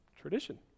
Tradition